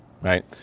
right